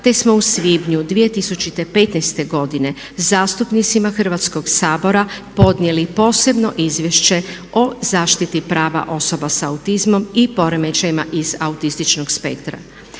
te smo u svibnju 2015. godine zastupnicima Hrvatskog sabora podnijeli posebno Izvješće o zaštiti prava osoba sa autizmom i poremećajima iz autističnog spektra